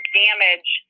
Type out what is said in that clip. damage